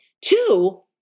Two